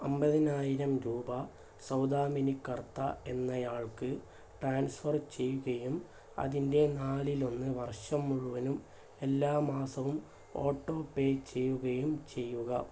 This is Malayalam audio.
അമ്പതിനായിരം രൂപ സൗദാമിനി കർത്ത എന്നയാൾക്ക് ട്രാൻസ്ഫർ ചെയ്യുകയും അതിൻ്റെ നാലിൽ ഒന്ന് വർഷം മുഴുവനും എല്ലാ മാസവും ഓട്ടോ പേ ചെയ്യുകയും ചെയ്യുക